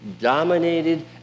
Dominated